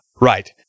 Right